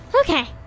Okay